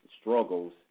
struggles